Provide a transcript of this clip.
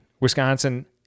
Wisconsin